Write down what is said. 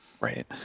Right